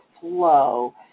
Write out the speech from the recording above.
flow